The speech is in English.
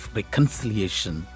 reconciliation